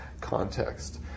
context